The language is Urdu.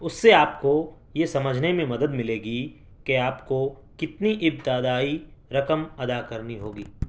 اس سے آپ کو یہ سمجھنے میں مدد ملے گی کہ آپ کو کتنی ابتدائی رقم ادا کرنی ہوگی